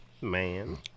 Man